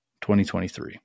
2023